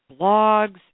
blogs